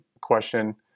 question